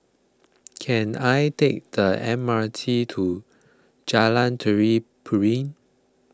can I take the M R T to Jalan Tari Piring